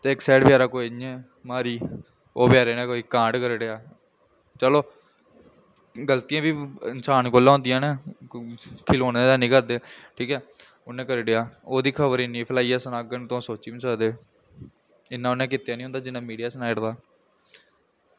ते इक साइड बचैरा इ'यां ऐ कोई म्हारी ओह् बचैरे ने कोई कांड करी ओड़ेआ चलो गल्तियां बी इंसान कोला होंदियां न खलौने ते ऐनी करदे ठीक ऐ उन्नै करी ओड़ेआ ओह्दी खबर इन्नी फैलाइयै सनाङन तुस सोची बी नी सकदे इन्ना उ'नें कीते दा निं होंदा जिन्ना मीडिया सनाई ओड़दा